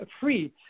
free